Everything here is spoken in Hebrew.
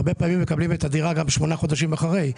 הרבה פעמים מקבלים את הדירה גם שמונה חודשים אחרי,